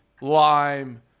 lime